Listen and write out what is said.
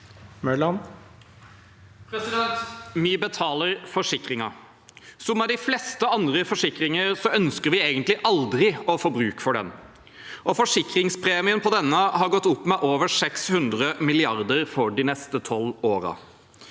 Vi betaler for- sikringen, men som med de fleste andre forsikringer, ønsker vi egentlig aldri å få bruk for den, og forsikringspremien på denne har gått opp med over 600 mrd. kr for de neste 12 årene,